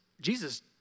Jesus